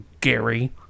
Gary